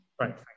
right